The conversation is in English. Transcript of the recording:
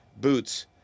Boots